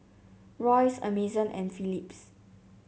Royce Amazon and Philips